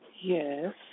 Yes